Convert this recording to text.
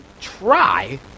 try